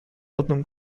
ordnung